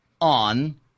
on –